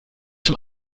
zum